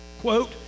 quote